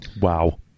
Wow